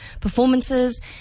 performances